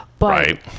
Right